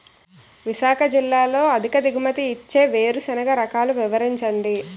విశాఖ జిల్లాలో అధిక దిగుమతి ఇచ్చే వేరుసెనగ రకాలు వివరించండి?